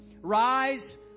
rise